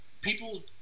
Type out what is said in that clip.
people